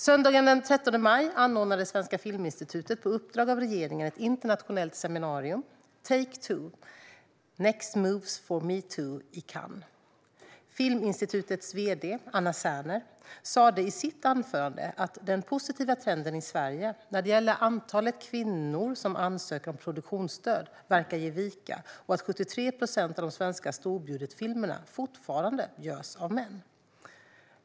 Söndagen den 13 maj anordnade Svenska Filminstitutet på uppdrag av regeringen ett internationellt seminarium, Take two: Next moves for #metoo, i Cannes. Filminstitutets vd Anna Serner sa i sitt anförande att den positiva trenden i Sverige när det gäller antalet kvinnor som ansöker om produktionsstöd verkar ge vika och att 73 procent av de svenska storbudgetfilmerna fortfarande görs av män.